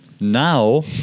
now